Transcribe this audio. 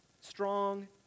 strong